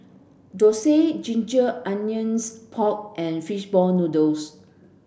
dosa ginger onions pork and fish ball noodles